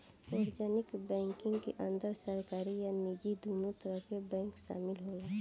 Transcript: वाणिज्यक बैंकिंग के अंदर सरकारी आ निजी दुनो तरह के बैंक शामिल होला